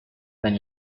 than